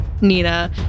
nina